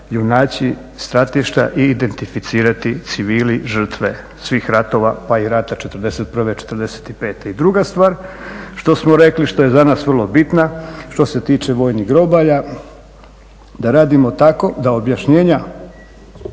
naći stratišta i identificirati civili, žrtve svih ratova pa i rata '41., '45.. I druga stvar što smo rekli, što je za nas vrlo bitna što se tiče vojnih groblja, da radimo tako da objašnjenja